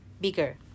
bigger